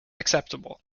acceptable